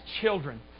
children